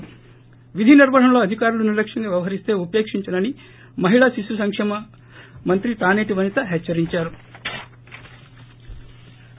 ి విధి నిర్వహణలో అధికారులు నిర్లక్ష్యంగా వ్యవహరిస్తే ఉపేక్షించనని మహిళా శిశు సంకేమ మంత్రి తానేటి వనిత హెచ్చరించారు